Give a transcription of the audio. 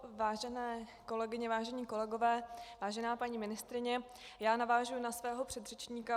Vážené kolegyně, vážení kolegové, vážená paní ministryně, navážu na svého předřečníka.